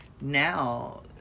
now